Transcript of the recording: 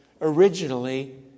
originally